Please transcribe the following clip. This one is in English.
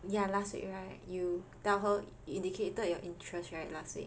ya last week right you tell her indicated your interest right last week